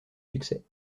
succès